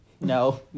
No